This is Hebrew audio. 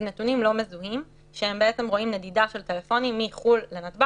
אלה נתונים לא מזוהים שבעצם רואים נדידה של טלפונים מחו"ל לנתב"ג,